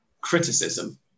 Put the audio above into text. criticism